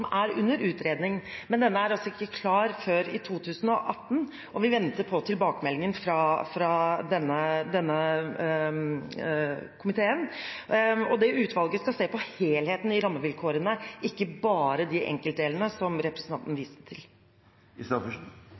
utredning, men den er ikke klar før i 2018. Vi venter altså på tilbakemeldingen fra dette utvalget, som skal se på helheten i rammevilkårene, ikke bare de enkeltdelene som representanten viste til.